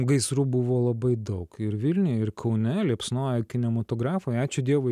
gaisrų buvo labai daug ir vilniuje ir kaune liepsnojo kinematografai ačiū dievui